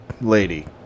lady